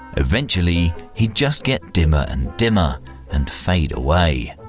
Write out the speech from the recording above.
eventually he'd just get dimmer and dimmer and fade away,